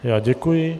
Já děkuji.